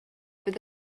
fydd